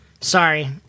Sorry